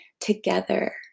together